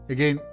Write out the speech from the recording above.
Again